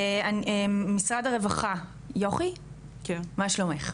משרד הרווחה, יוכי, מה שלומך?